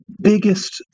biggest